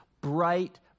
bright